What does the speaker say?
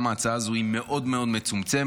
גם ההצעה הזו היא מאוד מאוד מצומצמת,